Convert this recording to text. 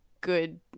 good